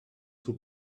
two